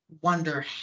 wonder